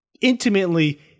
intimately